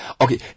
Okay